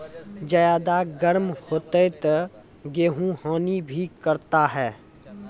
ज्यादा गर्म होते ता गेहूँ हनी भी करता है?